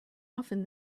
often